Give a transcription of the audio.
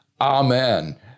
amen